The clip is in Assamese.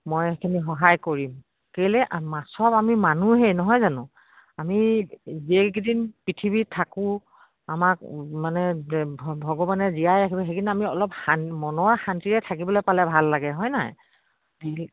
মই সেইখিনি সহায় কৰিম কেলে আমি মানুহেই নহয় জানো আমি যিকেইদিন পৃথিৱীত থাকোঁ আমাক মানে ভগৱানে জীয়াই ৰাখিব সেইখিনি আমি অলপান মনৰ শান্তিৰে থাকিবলে পালে ভাল লাগে হয় নাই